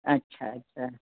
अच्छा अच्छा